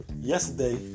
Yesterday